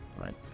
right